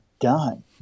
done